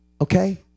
okay